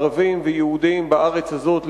ערבים ויהודים בארץ הזאת,